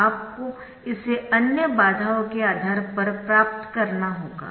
तो आपको इसे अन्य बाधाओं के आधार पर प्राप्त करना होगा